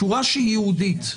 שורה ייעודית.